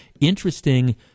Interesting